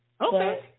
Okay